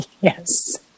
yes